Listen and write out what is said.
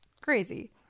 Crazy